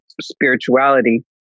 spirituality